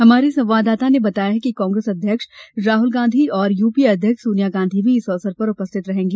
हमारे संवाददाता ने बताया है कि कांग्रेस अध्यक्ष राहुल गांधी और यूपीए अध्यक्ष सोनिया गांधी भी इस अवसर पर उपस्थित रहेंगी